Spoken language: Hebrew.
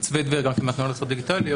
צבי דביר, גם כן מהתנועה לזכויות דיגיטליות.